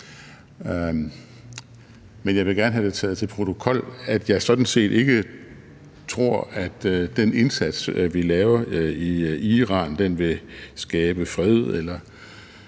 Men jeg vil gerne have det taget til protokol, at jeg sådan set ikke tror, at den indsats, vi laver i Iran, vil skabe fred